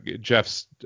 Jeff's